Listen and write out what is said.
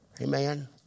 Amen